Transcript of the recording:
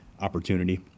opportunity